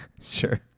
Sure